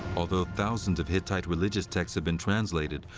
although thousands of hittite religious texts have been translated,